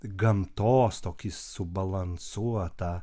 gamtos tokį subalansuotą